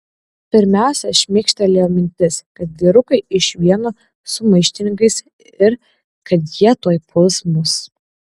pirmiausia šmėkštelėjo mintis kad vyrukai iš vieno su maištininkais ir kad jie tuoj puls mus